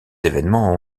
événements